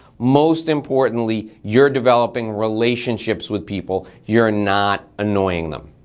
most importantly, you're developing relationships with people, you're not annoying them.